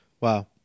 Wow